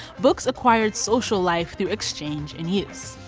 books acquired social life through exchange and use.